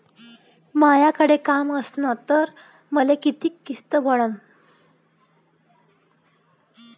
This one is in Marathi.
मायाकडे काम असन तर मले किती किस्त पडन?